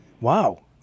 Wow